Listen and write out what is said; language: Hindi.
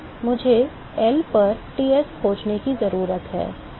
मुझे L पर Ts खोजने की आवश्यकता है